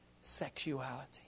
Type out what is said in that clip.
sexuality